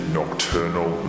nocturnal